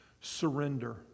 Surrender